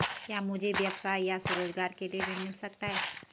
क्या मुझे व्यवसाय या स्वरोज़गार के लिए ऋण मिल सकता है?